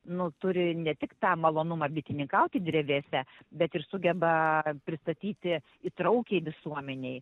nu turi ne tik tą malonumą bitininkauti drevėse bet ir sugeba pristatyti įtraukiai visuomenei